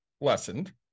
lessened